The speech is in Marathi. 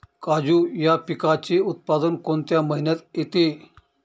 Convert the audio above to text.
काजू या पिकाचे उत्पादन कोणत्या महिन्यात येते?